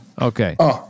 Okay